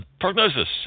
Prognosis